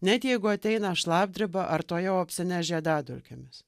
net jeigu ateina šlapdriba ar tuojau apsineš žiedadulkėmis